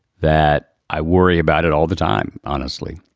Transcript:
that i worry about it all the time, honestly.